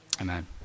Amen